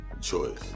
choice